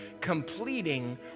completing